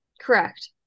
Correct